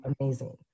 amazing